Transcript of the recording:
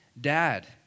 dad